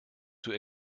zur